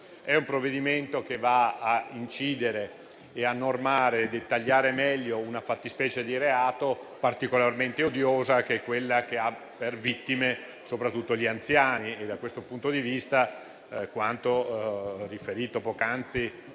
È un provvedimento che va a incidere, normare e dettagliare meglio una fattispecie di reato particolarmente odiosa, che vede come vittime soprattutto gli anziani. Da questo punto di vista, quanto riferito poc'anzi